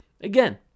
Again